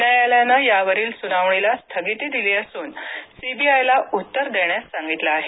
न्यायालयानं यावरील सुनावणीला स्थगिती दिली असून सीबीआय ला उत्तर देण्यास सांगितलं आहे